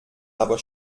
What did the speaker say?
aber